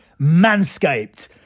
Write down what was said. Manscaped